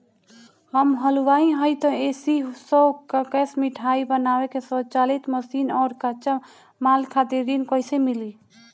हम हलुवाई हईं त ए.सी शो कैशमिठाई बनावे के स्वचालित मशीन और कच्चा माल खातिर ऋण कइसे मिली?